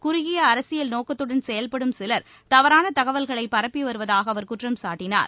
குறுகிய அரசியல் நோக்கத்துடன் செயல்படும் சிவர் தவறான தகவல்களை பரப்பி வருவதாக அவர் குற்றம் சாட்டினார்